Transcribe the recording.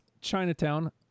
Chinatown